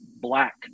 Black